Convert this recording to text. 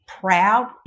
proud